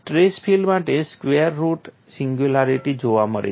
stress field માટે square root singularity જોવા મળે છે